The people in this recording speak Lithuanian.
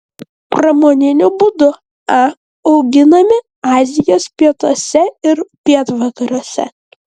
pramoniniu būdu a auginami azijos pietuose ir pietvakariuose